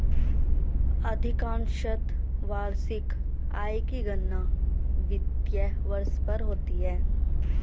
अधिकांशत वार्षिक आय की गणना वित्तीय वर्ष पर होती है